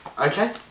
Okay